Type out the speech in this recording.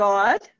God